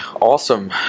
awesome